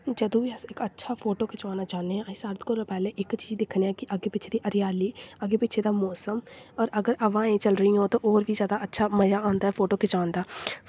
जदूं बी अस इक अच्छा फोटो खिचवाना चाह्न्ने आं अस सारें कोला पैह्लें इक चीज दिक्खने आं अग्गें पिच्छें दी हरियाली अग्गें पिच्छें दा मोसम होर अगर हवाएं चल रही होन ते होर बी ज्यादा अच्छा मजा आंदा ऐ फोटो खिचान दा